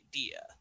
idea